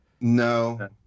No